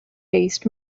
based